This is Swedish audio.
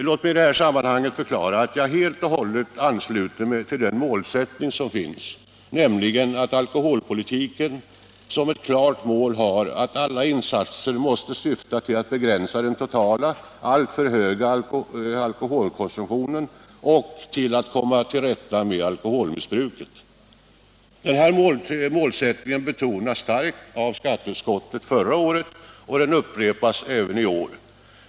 Låt mig i detta sammanhang förklara att jag helt och hållet ansluter mig till den målsättning som finns, nämligen att alkoholpolitiken som ett klart mål har att alla insatser måste syfta till att begränsa den totala, alltför höga alkoholkonsumtionen och komma till rätta med alkoholmissbruket. Denna målsättning betonades starkt av skatteutskottet förra året och den upprepas även i år.